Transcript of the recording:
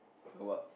a while